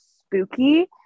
spooky